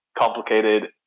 complicated